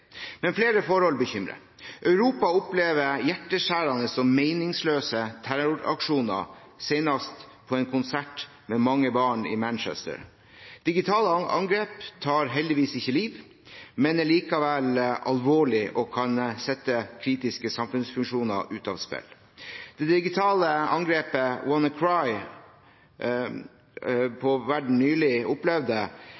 Men flere forhold bekymrer: Europa opplever hjerteskjærende og meningsløse terroraksjoner, senest på en konsert med mange barn i Manchester. Digitale angrep tar heldigvis ikke liv, men er likevel alvorlige og kan sette kritiske samfunnsfunksjoner ut av spill. Det digitale angrepet